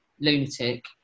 lunatic